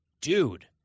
Dude